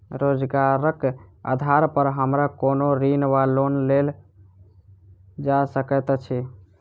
रोजगारक आधार पर हमरा कोनो ऋण वा लोन देल जा सकैत अछि?